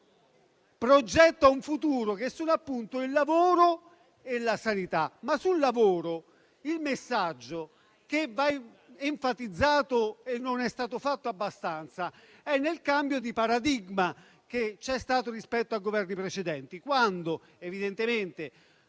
progetta un futuro, e che sono, appunto, il lavoro e la sanità. Sul lavoro, il messaggio che va enfatizzato, e non è stato fatto abbastanza, è nel cambio di paradigma che c'è stato rispetto a Governi precedenti. Io non condanno